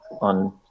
on